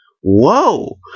Whoa